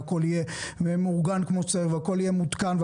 שהכול יבוא מהיצרן והכול יהיה מאורגן ומתקן כמו שצריך,